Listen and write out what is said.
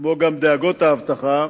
כמו גם דאגות האבטחה,